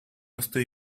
estoy